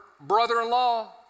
brother-in-law